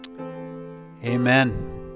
Amen